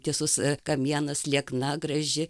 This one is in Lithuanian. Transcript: tiesus kamienas liekna graži